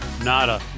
Nada